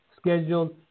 scheduled